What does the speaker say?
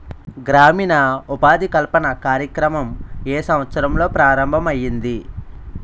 గ్రామీణ ఉపాధి కల్పన కార్యక్రమం ఏ సంవత్సరంలో ప్రారంభం ఐయ్యింది?